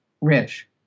Rich